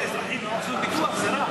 את האזרחים שלא לעשות ביטוח זה רע.